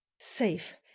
safe